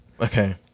Okay